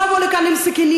לא לבוא לכאן עם סכינים,